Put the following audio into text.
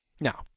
Now